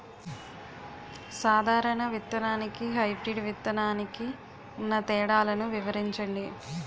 సాధారణ విత్తననికి, హైబ్రిడ్ విత్తనానికి ఉన్న తేడాలను వివరించండి?